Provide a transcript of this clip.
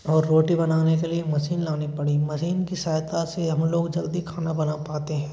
और रोटी बनाने के लिए मसीन लानी पड़ी मसीन की सहायता से हम लोग जल्दी खाना बना पाते हैं